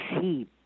see